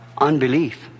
unbelief